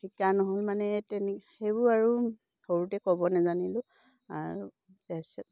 শিকা নহয় মানে তেনে সেইবোৰ আৰু সৰুতে ক'ব নেজানিলোঁ আৰু তাৰপিছত